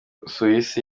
busuwisi